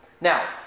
Now